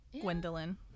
Gwendolyn